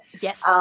Yes